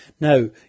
Now